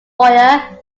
lawyer